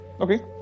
Okay